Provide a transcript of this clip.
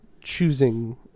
choosing